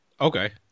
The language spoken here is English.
Okay